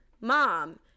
mom